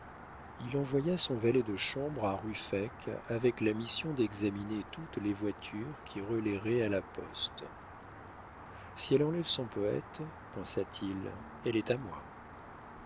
il envoya son valet de chambre à ruffec avec la mission d'examiner toutes les voitures qui relaieraient à la poste si elle enlève son poète pensa-t-il elle est à moi